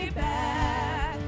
back